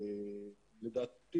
לדעתי,